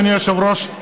אדוני היושב-ראש,